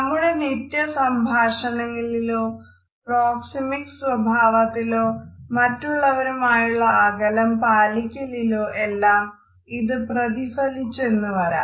നമ്മുടെ നിത്യസംഭാഷണങ്ങളിലോ പ്രോക്സെമിക്സ് സ്വഭാവത്തിലോ മറ്റുള്ളവരുമായുള്ള അകലം പാലിക്കലിലോ എല്ലാം ഇത് പ്രതിഫലിച്ചുവെന്ന് വരാം